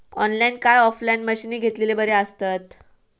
Online काय offline मशीनी घेतलेले बरे आसतात?